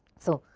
so,